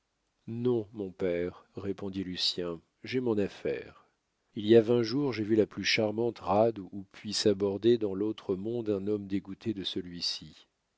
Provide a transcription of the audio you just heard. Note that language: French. non mon père répondit lucien j'ai mon affaire il y a vingt jours j'ai vu la plus charmante rade où puisse aborder dans l'autre monde un homme dégoûté de celui-ci